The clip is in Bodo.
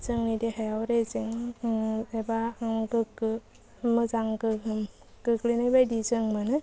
जोंनि देहायाव रेजें एबा गोगो मोजां गोहोम गोग्लैनाय बायदि जों मोनो